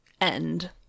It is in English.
end